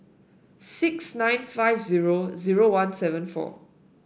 six nine five zero zero one seven four